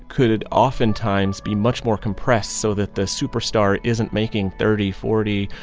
could oftentimes be much more compressed so that the superstar isn't making thirty, forty,